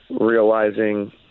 realizing